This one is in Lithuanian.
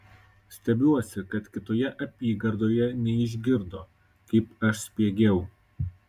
stebiuosi kad kitoje apygardoje neišgirdo kaip aš spiegiau